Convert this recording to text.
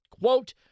Quote